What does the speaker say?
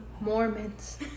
Mormons